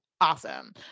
awesome